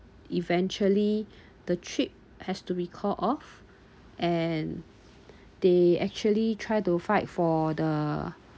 eventually the trip has to be called off and they actually try to fight for the